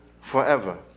forever